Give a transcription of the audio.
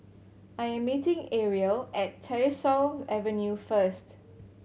I am meeting Ariel at Tyersall Avenue first